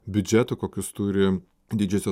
biudžetų kokius turi didžiosios